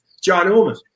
ginormous